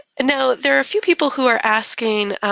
and now there are a few people who are asking